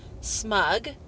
smug